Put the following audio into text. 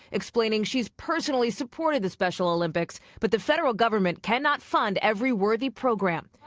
explaining she's personally supported the special olympics but the federal government cannot fund every worthy program.